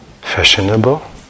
fashionable